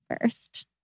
first